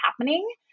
happening